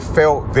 felt